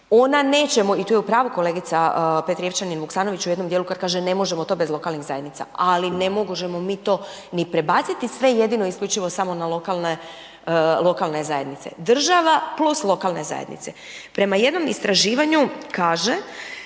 ona neće, i tu je u pravu kolegica Petrijevčanin-Vukasnović u jednom dijelu kad kaže ne možemo to bez lokalnih zajednica, ali ne možemo mi to ni prebaciti sve jedino i isključivo samo na lokalne zajednice. Država plus lokalne zajednice. Prema jednom istraživanju kaže